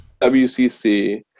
WCC